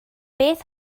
beth